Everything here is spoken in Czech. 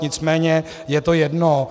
Nicméně je to jedno.